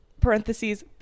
Parentheses